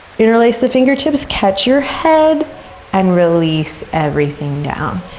interlace the fingertips, catch your head and release everything down,